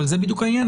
זה בדיוק העניין.